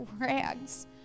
rags